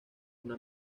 una